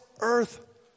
earth